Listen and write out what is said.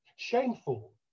Shameful